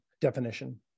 definition